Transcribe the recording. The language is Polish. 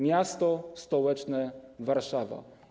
Miasto stołeczne Warszawa.